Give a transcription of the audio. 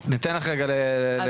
אז ניתן לך רגע להיכנס,